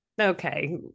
okay